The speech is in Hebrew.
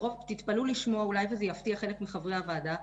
ותתפלאו לשמוע ואולי זה יפתיע חלק מחברי הוועדה,